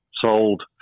sold